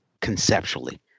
conceptually